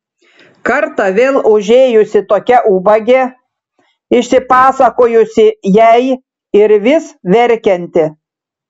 kartą vėl užėjusi tokia ubagė išsipasakojusi jai ir vis verkianti